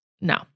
No